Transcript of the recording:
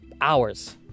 hours